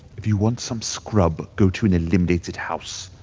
if you want some scrub, go to an eliminated house.